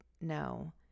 No